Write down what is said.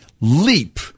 leap